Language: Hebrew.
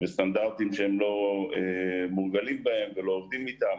וסטנדרטים שהם לא מורגלים בהם ולא עובדים אתם.